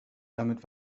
damit